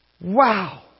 Wow